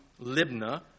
Libna